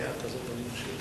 120), התש"ע